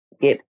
get